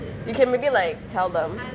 you can maybe like tell them